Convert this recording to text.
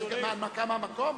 זו הנמקה מהמקום?